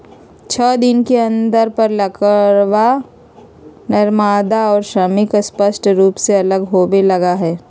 छः दिन के अंतर पर लारवा, नरमादा और श्रमिक स्पष्ट रूप से अलग होवे लगा हई